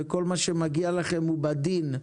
וכל מה שמגיע לכם הוא בדין,